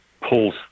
pulls